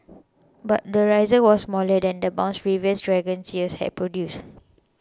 but the rise was smaller than the bounce previous dragon years had produced